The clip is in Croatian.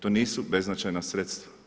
To nisu beznačajna sredstva.